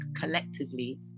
collectively